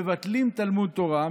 מבטלים תלמוד תורה,